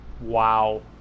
Wow